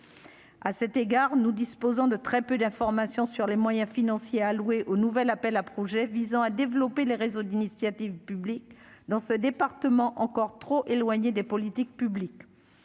à cet égard, nous disposons de très peu d'informations sur les moyens financiers alloués au nouvel appel à projets visant à développer les réseaux d'initiative publique dans ce département, encore trop éloignées des politiques publiques